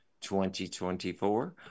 2024